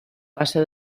passa